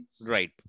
Right